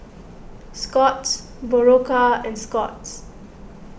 Scott's Berocca and Scott's